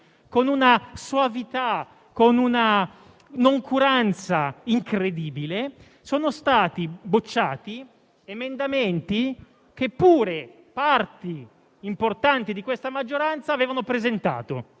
con una «soavità» e una noncuranza incredibili, sono stati respinti emendamenti che pure parti importanti di questa maggioranza avevano presentato.